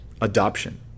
Adoption